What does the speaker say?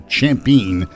champion